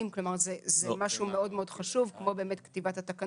אלא על פי צו של בית משפט.